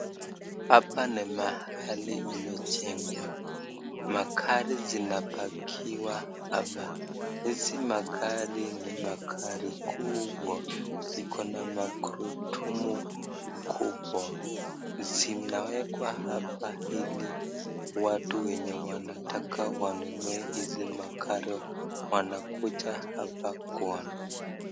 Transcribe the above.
Hapa ni mahali imejengwa, magari ziemepakiwa hapa, hizi ni magari kubwa iko na magurudumu kubwa , zinawekwa hapa ili watu wenye wanataka wanunue hizi magari wanakuja hapa kwao.